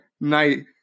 night